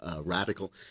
radical